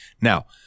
Now